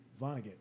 vonnegut